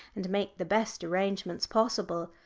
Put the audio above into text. and make the best arrangements possible.